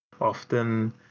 often